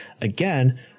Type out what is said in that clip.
again